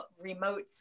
remote